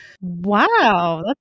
Wow